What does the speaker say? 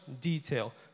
detail